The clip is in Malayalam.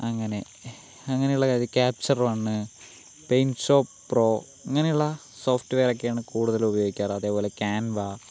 അങ്ങനെ അങ്ങനേള്ള ക്യാപ്ചർ വണ്ണ് പിൻസോപ്രോ അങ്ങനെള്ള സോഫ്റ്റ്വെയറക്കേണ് കൂടുതലും ഉപയോഗിക്കാറ് അതേപോലെ ക്യാൻവാ